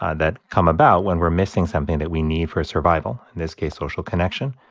um that come about when we're missing something that we need for survival in this case, social connection.